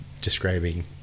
describing